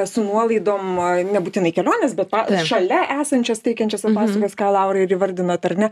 su nuolaidom nebūtinai keliones bet pa šalia esančias teikiančias paslaugas ką laura ir įvardinot ar ne